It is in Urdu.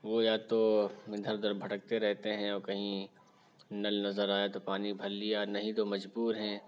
وہ یا تو اِدھر اُدھر بھٹکتے رہتے ہیں یا کہیں نل نظر آیا تو پانی بھر لیا نہیں تو مجبور ہیں